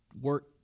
work